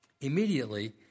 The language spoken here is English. immediately